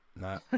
no